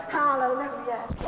hallelujah